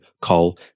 coal